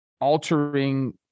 altering